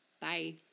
Bye